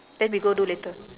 then we go do later